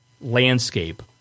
landscape